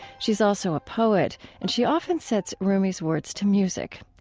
she is also a poet, and she often sets rumi's words to music.